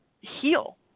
heal